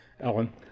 Ellen